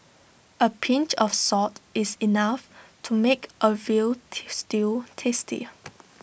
A pinch of salt is enough to make A Veal Stew tasty